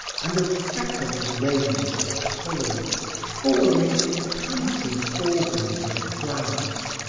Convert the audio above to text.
and of fecund rains of pollen falling into panting organs of flowers.